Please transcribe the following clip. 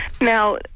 Now